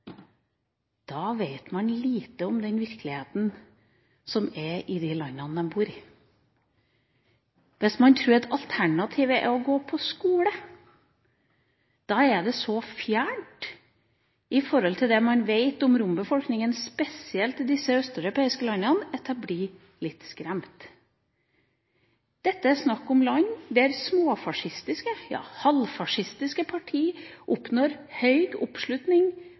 da vet man lite om den virkeligheten som er i de landene de bor i. Hvis man tror at alternativet er å gå på skole, da er det så fjernt fra det vi vet rombefolkninga – spesielt i disse østeuropeiske landene – at jeg blir litt skremt. Dette er snakk om land der småfascistiske – ja, halvfascistiske – partier oppnår høy oppslutning